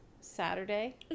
Saturday